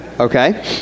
okay